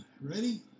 Ready